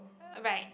right